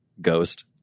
Ghost